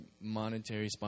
monetary